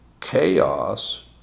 chaos